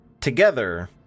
Together